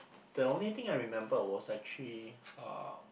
the only thing I remembered was actually uh